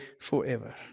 forever